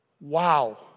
Wow